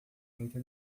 muita